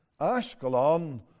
Ashkelon